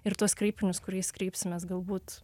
ir tuos kreipinius kuriais kreipsimės galbūt